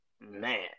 Man